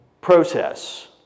process